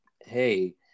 hey